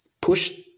Push